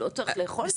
לא צריך לאכול?